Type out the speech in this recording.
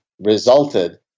resulted